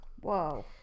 Whoa